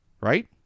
right